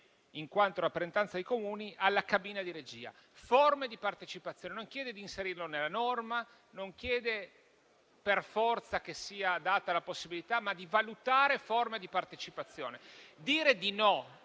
in quanto rappresentanza dei Comuni, alla cabina di regia. Si parla di forme di partecipazione; non chiede di inserirlo nella norma, non chiede per forza che sia data tale possibilità, ma di valutare forme di partecipazione. Dire di no